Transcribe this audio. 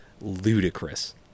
ludicrous